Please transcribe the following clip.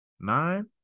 Nine